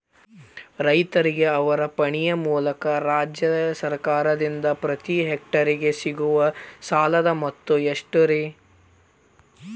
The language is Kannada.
ರೈತರಿಗೆ ಅವರ ಪಾಣಿಯ ಮೂಲಕ ರಾಜ್ಯ ಸರ್ಕಾರದಿಂದ ಪ್ರತಿ ಹೆಕ್ಟರ್ ಗೆ ಸಿಗುವ ಸಾಲದ ಮೊತ್ತ ಎಷ್ಟು ರೇ?